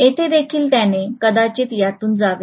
येथे देखील त्याने कदाचित यातून जावे